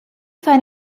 find